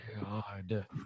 God